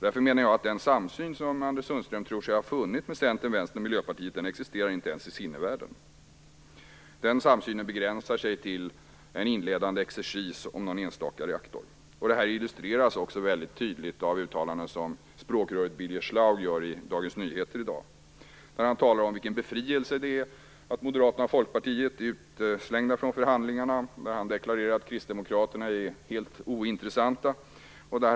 Därför menar jag att den samsyn som Anders Sundström tror sig ha funnit hos Centern, Vänstern och Miljöpartiet inte existerar ens i sinnevärlden. Den begränsar sig till en inledande exercis om någon enstaka reaktor. Det här illustreras också mycket tydligt av det uttalande som språkröret Birger Schlaug gör i Dagens Nyheter i dag. Han talar där om vilken befrielse det är att Moderaterna och Folkpartiet är utestängda från förhandlingarna. Han deklarerar att Kristdemokraterna är helt ointressanta.